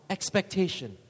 Expectation